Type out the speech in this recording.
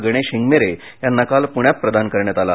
गणेश हिंगमिरे यांना काल पुण्यात प्रदान करण्यात आला